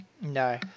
no